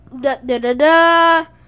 da-da-da-da